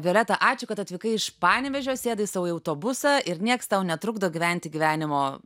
violeta ačiū kad atvykai iš panevėžio sėdai sau į autobusą ir nieks tau netrukdo gyventi gyvenimo